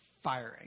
firing